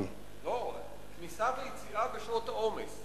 לא, כניסה ויציאה בשעות העומס,